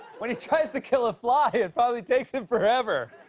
when he tries to kill a fly, it probably takes him forever.